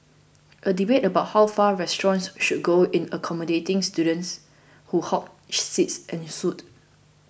a debate about how far restaurants should go in accommodating students who hog seats ensued